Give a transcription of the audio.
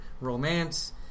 romance